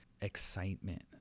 excitement